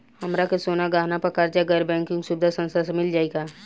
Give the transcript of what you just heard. हमरा के सोना गहना पर कर्जा गैर बैंकिंग सुविधा संस्था से मिल जाई का?